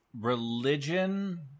religion